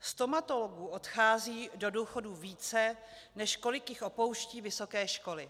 Stomatologů odchází do důchodu více, než kolik jich opouští vysoké školy.